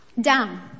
Down